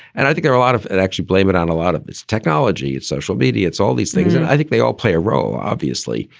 and i think there a lot of that actually blame it on a lot of its technology, its social media, its all these things. and i think they all play a role, obviously,